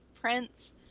prints